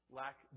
lack